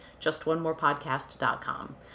justonemorepodcast.com